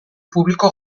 publiko